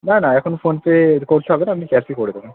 না না এখন ফোনপে করতে হবে না আপনি ক্যাশই করে দেবেন